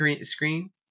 screen